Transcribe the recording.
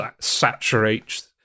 saturates